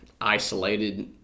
isolated